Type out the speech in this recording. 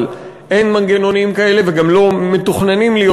אבל אין מנגנונים כאלה וגם לא מתוכננים להיות,